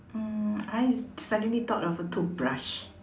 um I suddenly thought of a toothbrush